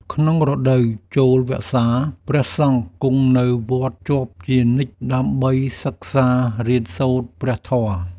ក្នុងរដូវចូលវស្សា ព្រះសង្ឃគង់នៅវត្តជាប់ជានិច្ចដើម្បីសិក្សារៀនសូត្រព្រះធម៌។